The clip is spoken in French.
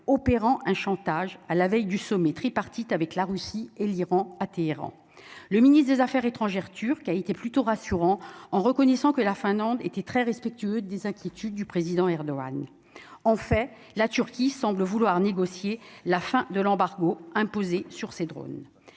opérant un chantage à la veille du sommet tripartite avec la Russie et l'Iran à Téhéran le ministre des Affaires étrangères turc a été plutôt rassurant, en reconnaissant que la Finlande était très respectueux des inquiétudes du président Erdogan en fait la Turquie semble vouloir négocier la fin de l'embargo imposé sur ces drônes